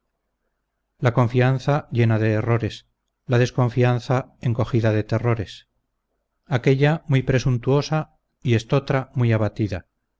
la confianza llena de errores la desconfianza encogida de terrores aquella muy presuntuosa y estotra muy abatida